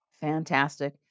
Fantastic